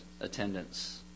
attendance